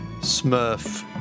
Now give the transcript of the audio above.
Smurf